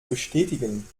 bestätigen